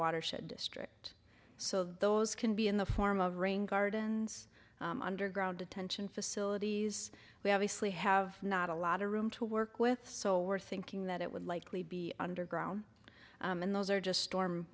watershed district so those can be in the form of rain gardens underground detention facilities we have a sleep have not a lot of room to work with so we're thinking that it would likely be underground and those are just storm